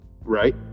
Right